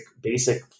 basic